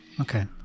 Okay